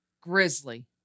Grizzly